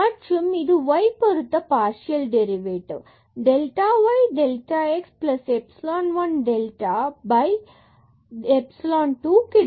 மற்றும் இது y பொருத்த partial derivative 00 delta y delta x epsilon 1 delta epsilon 2 கிடைக்கும்